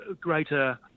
greater